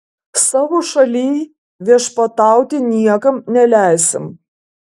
savo šalyj viešpatauti niekam neleisim